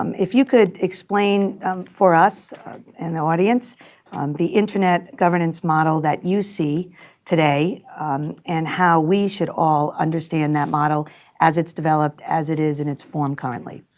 um if you could explain for us and the audience the internet governance model that you see today and how we should all understand that model as its developed, as it is in its form currently.